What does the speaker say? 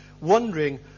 wondering